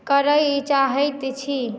करय चाहैत छी